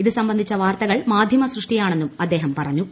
ഇതു സംബന്ധിച്ച വാർത്തകൾ മാധൃമ സൃഷ്ടിയാണെന്നും അദ്ദേഹം പറഞ്ഞു